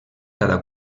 cada